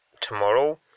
tomorrow